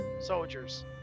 soldiers